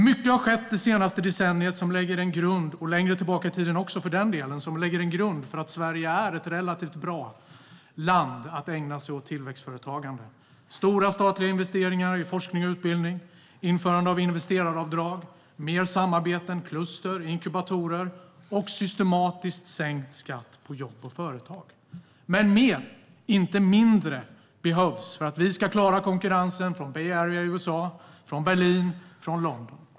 Mycket har skett under det senaste decenniet - och också längre tillbaka i tiden - som lägger en grund för att Sverige är ett relativt bra land att ägna sig åt tillväxtföretagande i. Det har gjorts stora statliga investeringar i forskning och utbildning, införande av investeraravdrag, mer samarbete plus större inkubatorer och systematiskt sänkt skatt på jobb och företag. Men mer, inte mindre, behövs för att vi ska klara konkurrensen från Bay Area i USA, från Berlin och från London.